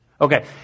Okay